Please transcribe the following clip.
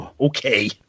Okay